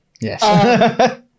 yes